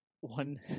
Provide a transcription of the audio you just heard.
one